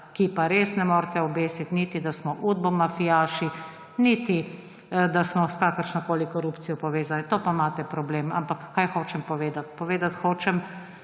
ji pa res ne morete obesiti niti, da smo udbomafijaši, niti da smo s kakršnokoli korupcijo povezani. To pa imate problem. Ampak kaj hočem povedati? Povedati hočem,